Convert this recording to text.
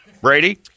Brady